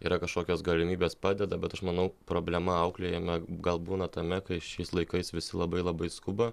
yra kažkokios galimybės padeda bet aš manau problema auklėjime gal būna tame kad šiais laikais visi labai labai skuba